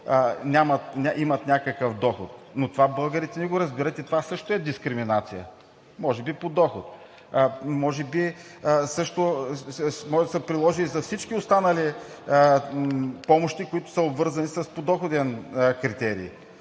имат някакъв доход. Но това българите не го разбират и това също е дискриминация – може би, по доход. Може би също може да се приложи за всички останали помощи, които са обвързани с подоходен критерий.